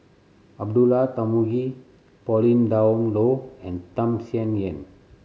Abdullah Tarmugi Pauline Dawn Loh and Tham Sien Yen